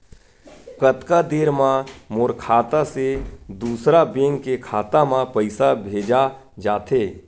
कतका देर मा मोर खाता से दूसरा बैंक के खाता मा पईसा भेजा जाथे?